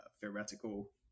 theoretical